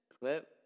Clip